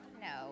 No